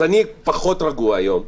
אז אני פחות רגוע היום.